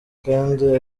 kandi